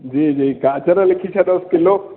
जी जी गजर लिखी छॾियोसि किलो